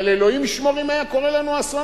אבל אלוהים ישמור אם היה קורה לנו ה"אסון"